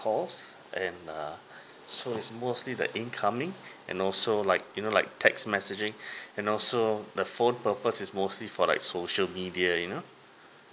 call and uh so it's mostly the incoming you know so like you know like text messaging and also the phone purpose is mostly for like social media you know